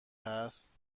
هست